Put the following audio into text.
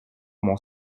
mon